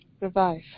revive